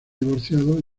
divorciado